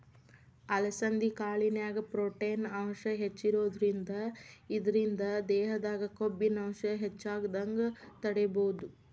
ಅಲಸಂಧಿ ಕಾಳಿನ್ಯಾಗ ಪ್ರೊಟೇನ್ ಅಂಶ ಹೆಚ್ಚಿರೋದ್ರಿಂದ ಇದ್ರಿಂದ ದೇಹದಾಗ ಕೊಬ್ಬಿನಾಂಶ ಹೆಚ್ಚಾಗದಂಗ ತಡೇಬೋದು